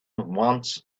once